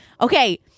Okay